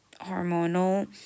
hormonal